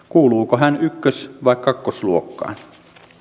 kuuluuko hän luokkaan i vai luokkaan ii